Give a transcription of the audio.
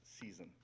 season